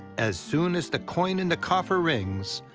as soon as the coin in the coffer rings,